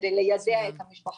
על מנת ליידע את המשפחות.